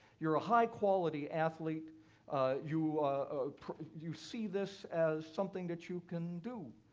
you are a high quality athlete you ah you see this as something that you can do.